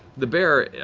the bear,